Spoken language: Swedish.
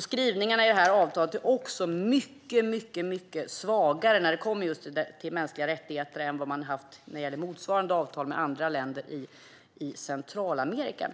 Skrivningarna i detta avtal är också mycket svagare när det kommer just till mänskliga rättigheter än vad de har varit i motsvarande avtal med andra länder i Centralamerika.